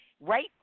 right